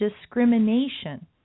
discrimination